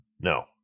no